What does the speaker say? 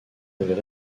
avaient